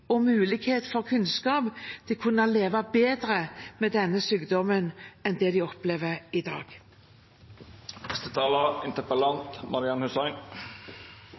og mulighet for kunnskap til å kunne leve bedre med denne sykdommen enn det de opplever i